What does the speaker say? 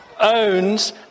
owns